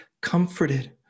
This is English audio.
comforted